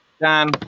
Dan